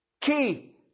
Key